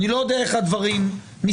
אני לא יודע איך הדברים מסתדרים.